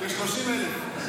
כ-30,000.